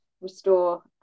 restore